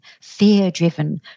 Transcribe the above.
fear-driven